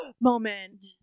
moment